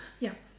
yup